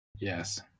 Yes